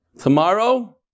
Tomorrow